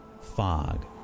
fog